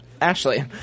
Ashley